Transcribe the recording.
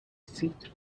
seat